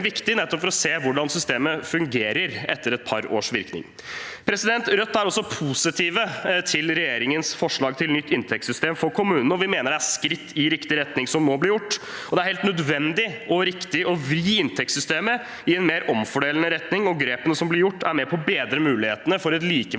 for å se hvordan systemet fungerer etter et par års virkning. Rødt er også positive til regjeringens forslag til nytt inntektssystem for kommunene, og vi mener det er skritt i riktig retning som må bli tatt. Det er helt nødvendig og riktig å vri inntektssystemet i en mer omfordelende retning, og grepene som blir gjort, er med på å bedre mulighetene for et likeverdig